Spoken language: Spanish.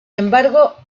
embargo